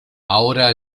ahora